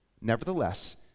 Nevertheless